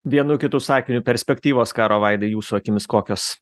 vienu kitu sakiniu perspektyvos karo vaidai jūsų akimis kokios